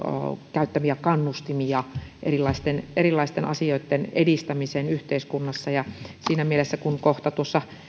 käyttämiä kannustimia erilaisten erilaisten asioitten edistämiseen yhteiskunnassa siinä mielessä kun kohta tuossa